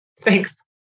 Thanks